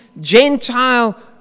Gentile